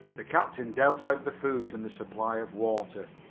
the captain dealt out the food and the supply of water.